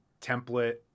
template